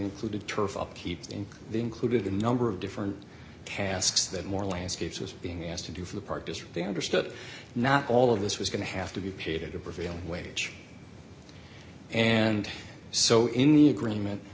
included turf upkeep in the included a number of different tasks that more landscapes are being asked to do for the park as they understood not all of this was going to have to be paid a prevailing wage and so in the agreement